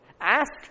Ask